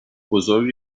بزرگ